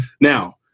Now